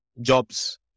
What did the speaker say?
jobs